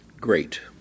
Great